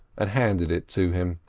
and handed it to him.